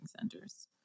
Centers